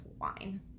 wine